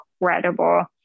incredible